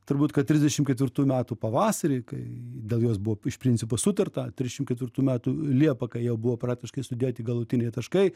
turbūt kad trisdešim ketvirtųjų metų pavasarį kai dėl jos buvo iš principo sutarta trisdešim ketvirtų metų liepą kai jau buvo praktiškai sudėti galutiniai taškai